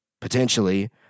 potentially